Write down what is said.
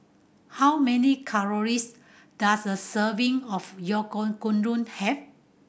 how many calories does a serving of Oyakodon have